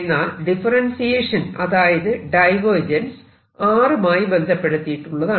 എന്നാൽ ഡിഫറെൻസിയേഷൻ അതായത് divergence r മായി ബന്ധപ്പെടുത്തിയുള്ളതാണ്